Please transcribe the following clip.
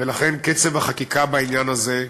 ולכן, קצב החקיקה בעניין הזה,